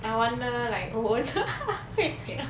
I wonder like owen 会怎样